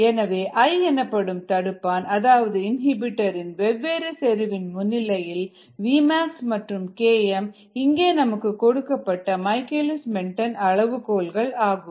எனவேI எனப்படும் தடுப்பான் அதாவது இன்ஹிபிட்டர் இன் வேவ்வேறு செறிவின் முன்னிலையில் vmaxமற்றும் km இங்கே நமக்கு கொடுக்கப்பட்ட மைக்கேல்லிஸ் மென்டென் அளவுகோல்கள் ஆகும்